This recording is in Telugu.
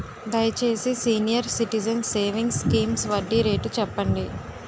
దయచేసి సీనియర్ సిటిజన్స్ సేవింగ్స్ స్కీమ్ వడ్డీ రేటు చెప్పండి